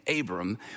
Abram